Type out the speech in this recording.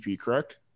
correct